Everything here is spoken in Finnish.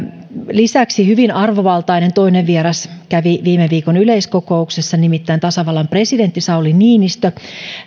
lisäksi hyvin arvovaltainen toinen vieras kävi viime viikon yleiskokouksessa nimittäin tasavallan presidentti sauli niinistö myöskin